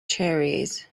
cherries